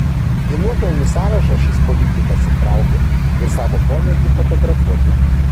į nuopelnų sąrašą šis politikas įtraukė ir savo pomėgį fotografuoti